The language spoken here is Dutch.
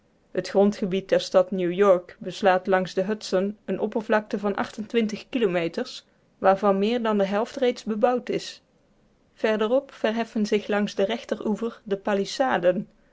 het grondgebied der stad new-york beslaat langs de hudson eene oppervlakte van kilometers waarvan meer dan de helft reeds bebouwd is verder op verheffen zich langs den rechteroever de